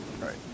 right